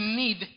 need